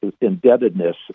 indebtedness